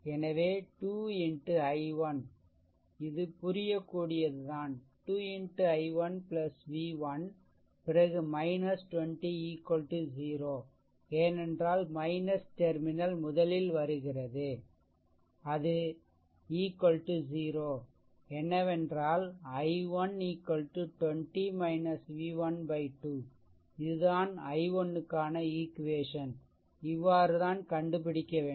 எனவே 2X i1 இது புரியக்கூடியதுதான் 2 X i1 v1 பிறகு 20 0 ஏனென்றால் டெர்மினல் முதலில் வருகிறது அது 0 என்னவென்றால் i1 20 v1 2 இது தான் i1 க்கான ஈக்வேசன் இவ்வாறு தான் கண்டுபிடிக்க வேண்டும்